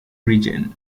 region